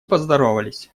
поздоровались